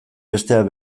besteak